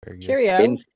Cheerio